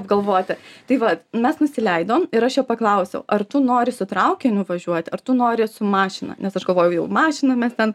apgalvoti tai vat mes nusileidom ir aš jo paklausiau ar tu nori su traukiniu važiuoti ar tu nori su mašina nes aš galvojau jau mašiną mes ten